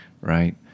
Right